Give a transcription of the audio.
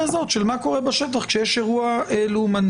הזאת של מה קורה בשטח כשיש אירוע לאומני.